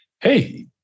Hey